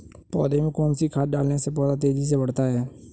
पौधे में कौन सी खाद डालने से पौधा तेजी से बढ़ता है?